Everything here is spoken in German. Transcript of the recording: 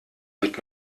mit